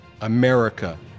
America